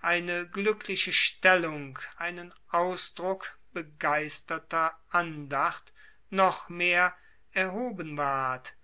eine glückliche stellung einen ausdruck begeisterter andacht noch mehr erhoben ward